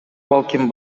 балким